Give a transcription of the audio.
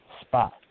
spot